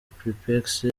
prepex